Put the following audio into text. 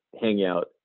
hangout